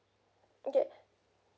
okay